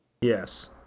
Yes